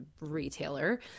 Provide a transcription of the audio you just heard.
retailer